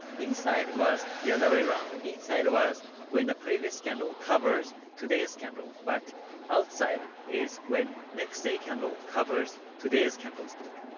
inside was the other way around. inside was when the previous candle covers today's candle, but the outside is when next day candle covers today's candle stick.